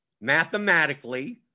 mathematically